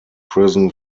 prison